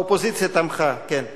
האופוזיציה תמכה, כן.